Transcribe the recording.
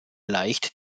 leicht